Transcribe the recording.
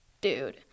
dude